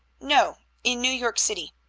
no, in new york city.